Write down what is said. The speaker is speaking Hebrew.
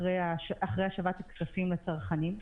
אחרי השבת הכספים לצרכנים.